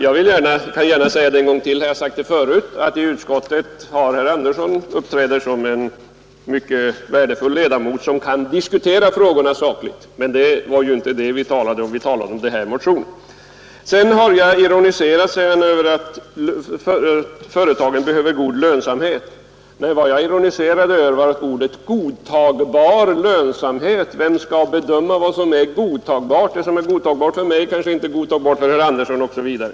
Jag upprepar gärna vad jag har sagt tidigare, att i utskottet är herr Andersson en mycket värdefull ledamot som kan diskutera frågorna sakligt; men det var ju inte det vi talade om, utan vi talade om den här motionen. Sedan har jag ironiserat, sade herr Andersson, över att företagen behöver god lönsamhet. Nej, vad jag ironiserade över var uttrycket ”godtagbar lönsamhet”. Vem skall bedöma vad som är godtagbart? Det som är godtagbart för mig är kanske inte godtagbart för herr Andersson osv.